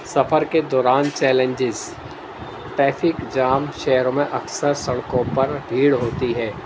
سفر کے دوران چیلنجز ٹریفک جام شہروں میں اکثر سڑکوں پر بھیڑ ہوتی ہے